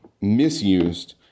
misused